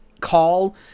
call